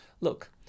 Look